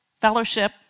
fellowship